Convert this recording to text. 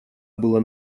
было